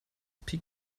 peak